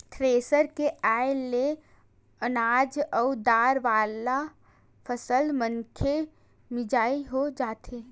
thresher के आये ले अनाज अउ दार वाला फसल मनके मिजई हो जाथे